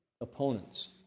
opponents